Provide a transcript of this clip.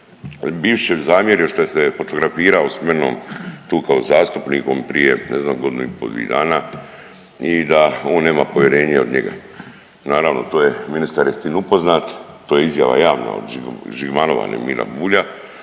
Biščević zamjerio što se fotografirao s menom tu kao zastupnikom prije ne znam, godinu i po', dvije dana i da on nema povjerenje od njega. Naravno, to je ministar je s tim upoznat, to je izjava javna od Žigmanova, ne Mira Bulja